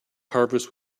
harvest